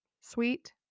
Sweet